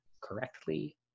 correctly